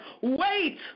Wait